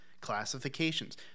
classifications